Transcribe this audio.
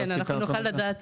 כן, אנחנו יכולים לבדוק